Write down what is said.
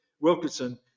Wilkinson